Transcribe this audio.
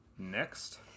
Next